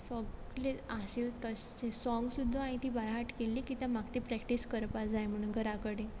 सोगलें आशिल्लें तश्शें साँग सुद्दां हांयें तीं बायहार्ट केल्लीं किद्या म्हाका ती प्रॅक्टीस करपा जाय म्हणून घरा कडेन